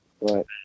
Right